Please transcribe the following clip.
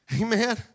Amen